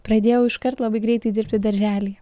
pradėjau iškart labai greitai dirbti darželyje